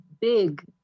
big